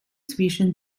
zwischen